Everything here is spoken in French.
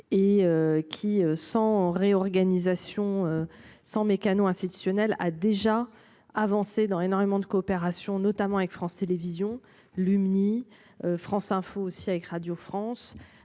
et qui sans réorganisation sans mécano institutionnel a déjà avancé dans énormément de coopération notamment avec France Télévisions Lumni. France Info aussi avec Radio France.